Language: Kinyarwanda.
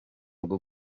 bwo